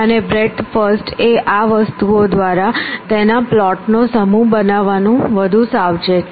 અને breadth first એ આ વસ્તુઓ દ્વારા તેના પ્લોટનો સમૂહ બનાવવામાં વધુ સાવચેત છે